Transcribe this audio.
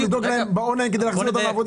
לדאוג להם באון ליין כדי להחזיר אותם לעבודה?